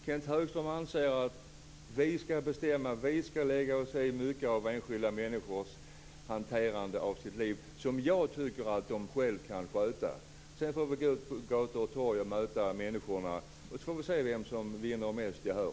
Kenth Högström anser att vi skall bestämma, vi skall lägga oss i enskilda människors hanterande av sitt liv, som jag tycker att de själva kan sköta. Sedan får vi gå ut på gator och torg och möta människorna. Vi får se vem som vinner mest gehör.